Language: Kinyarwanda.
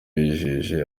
yijeje